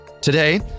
Today